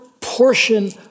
portion